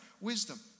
wisdom